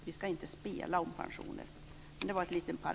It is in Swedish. Vi ska inte spela om pensioner.